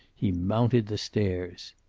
he mounted the stairs.